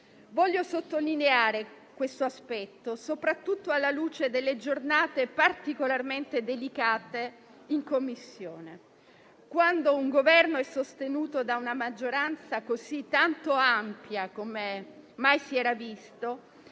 Voglio sottolineare questo aspetto soprattutto alla luce delle giornate particolarmente delicate in Commissione. Quando un Governo è sostenuto da una maggioranza così tanto ampia come mai si era visto,